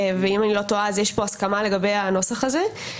אם אני לא טועה יש הסכמה לגבי הנוסח הזה.